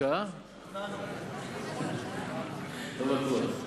אתה לא חייב לדבר כל